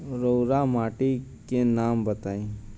रहुआ माटी के नाम बताई?